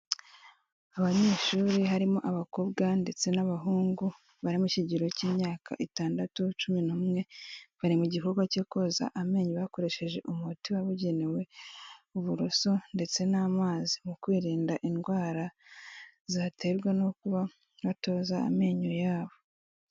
Abanyeshuri harimo abakobwa ndetse n'abahungu bari mu kigero cy'imyaka itandatu cumi n'umwe bari mu gikorwa cyo koza amenyo bakoresheje umuti wabugenewe uburoso ndetse n'amazi mu kwirinda indwara zaterwa no kuba batoza amenyo yabo.